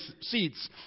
seats